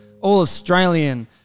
All-Australian